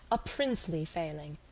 a princely failing,